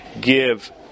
give